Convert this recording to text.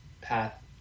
path